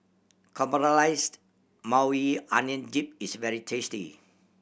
Caramelized Maui Onion Dip is very tasty